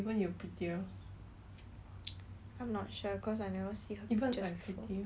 I'm not sure cause I never see her picture before